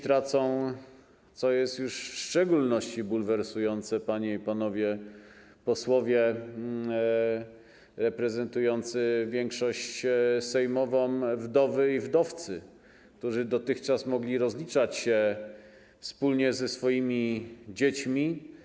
Tracą, co już jest w szczególności bulwersujące, panie i panowie posłowie reprezentujący większość Sejmową, wdowy i wdowcy, którzy dotychczas mogli rozliczać się wspólnie ze swoimi dziećmi.